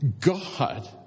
God